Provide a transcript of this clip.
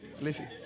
listen